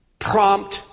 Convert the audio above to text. prompt